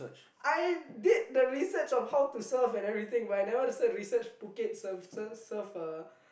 I did the research on how to surf and everything but I never research Phuket surf surf surf uh